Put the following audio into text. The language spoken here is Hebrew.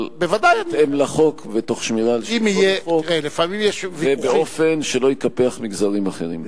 אבל בהתאם לחוק ותוך שמירה על שלטון החוק ובאופן שלא יקפח מגזרים אחרים.